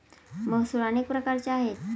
महसूल अनेक प्रकारचे आहेत